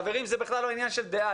חברים, זה בכלל לא עניין של דעה.